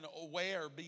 aware